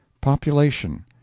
Population